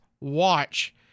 watch